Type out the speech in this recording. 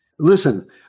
Listen